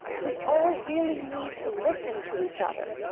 we all really need to listen to each other,